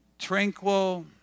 tranquil